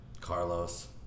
Carlos